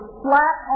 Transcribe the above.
flat